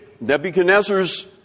Nebuchadnezzar's